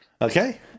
Okay